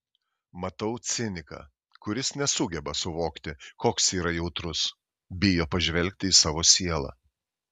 matau ciniką kuris nesugeba suvokti koks yra jautrus bijo pažvelgti į savo sielą